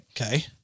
Okay